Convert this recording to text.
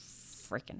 freaking